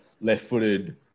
left-footed